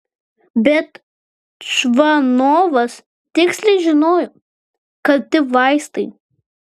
bet čvanovas tiksliai žinojo kalti vaistai